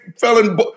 felon